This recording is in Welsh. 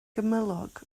gymylog